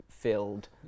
filled